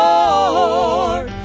Lord